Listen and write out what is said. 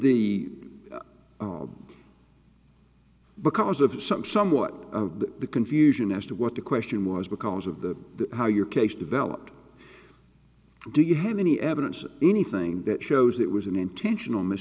the because of some somewhat of the confusion as to what the question was because of the how your case developed do you have any evidence anything that shows it was an intentional miss